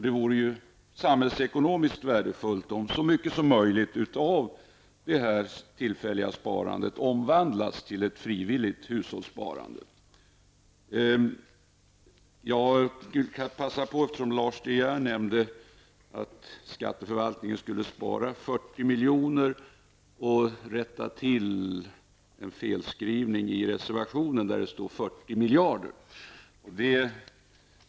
Det vore samhällsekonomiskt värdefullt om så mycket som möjligt av det tillfälliga sparandet omvandlas till ett frivilligt hushållssparande. Lars De Geer nämnde att skatteförvaltningen skall spara 40 milj.kr. Jag vill rätta till en felskrivning i reservationen där det står 40 miljarder kronor.